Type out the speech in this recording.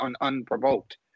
unprovoked